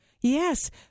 yes